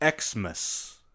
Xmas